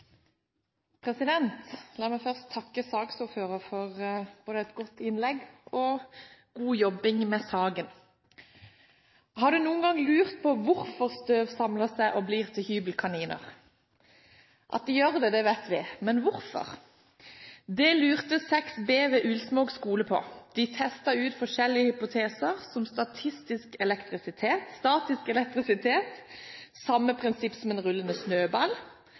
jobbing med saken. Har du noen gang lurt på hvorfor støv samler seg og blir til hybelkaniner? At det gjør det, vet vi – men hvorfor? Det lurte 6b ved Ulsmåg skole på. De testet ut forskjellige hypoteser, som statisk elektrisitet – samme prinsipp som en rullende